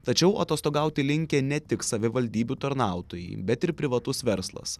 tačiau atostogauti linkę ne tik savivaldybių tarnautojai bet ir privatus verslas